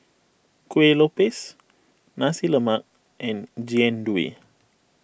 Kuih Lopes Nasi Lemak and Jian Dui